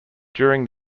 during